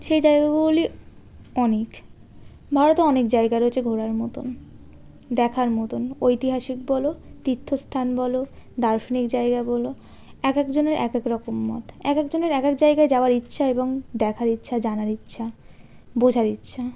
সেই জায়গাগুলি অনেক ভারতে অনেক জায়গা রয়েছে ঘোরার মতন দেখার মতন ঐতিহাসিক বলো তীর্থস্থান বলো দার্শনিক জায়গা বলো এক একজনের এক এক রকম মত এক একজনের এক জায়গায় যাওয়ার ইচ্ছা এবং দেখার ইচ্ছা জানার ইচ্ছা বোঝার ইচ্ছা